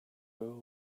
girl